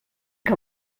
que